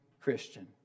Christian